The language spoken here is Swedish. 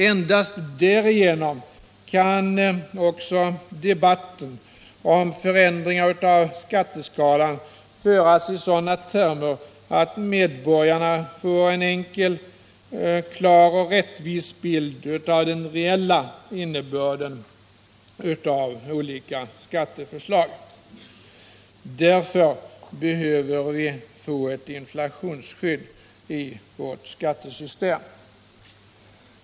Endast därigenom kan också debatten om förändringar av skatteskalan föras i sådana termer att medborgarna får en klar och rättvisande bild av den reella innebörden av olika skatteförslag. Därför behöver vi få ett inflationsskydd i vårt skattesystem.